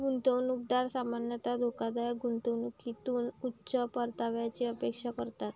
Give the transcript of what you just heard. गुंतवणूकदार सामान्यतः धोकादायक गुंतवणुकीतून उच्च परताव्याची अपेक्षा करतात